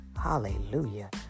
hallelujah